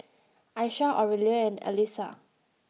Aisha Aurelia and Allyssa